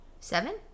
seven